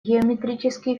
геометрические